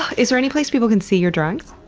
is there any place people can see your drawings?